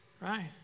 Right